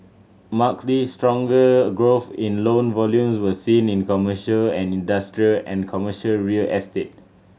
markedly stronger growth in loan volumes was seen in commercial and industrial and commercial real estate